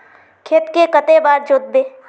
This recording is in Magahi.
खेत के कते बार जोतबे?